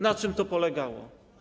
Na czym to polegało?